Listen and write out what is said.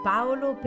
Paolo